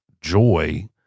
joy